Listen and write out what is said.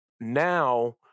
now